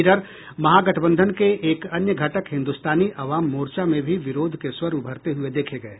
इधर महागठबंधन के एक अन्य घटक हिन्दुस्तानी आवाम मोर्चा में भी विरोध के स्वर उभरते हुए देखे गये